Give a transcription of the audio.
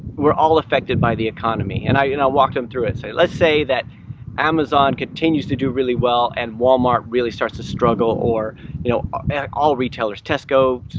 we're all affected by the economy and i you know walk them through, it say, let's say that amazon continues to do really well and walmart really starts to struggle or you know all retailers, tesco,